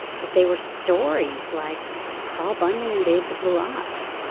that they were stories like paul bunyan and babe the blue ox.